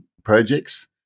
Projects